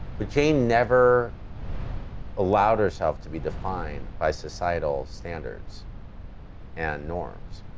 but jane never allowed herself to be defined by societal standards and norms.